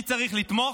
מי צריך לתמוך,